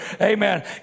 Amen